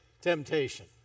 temptation